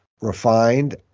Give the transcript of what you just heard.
refined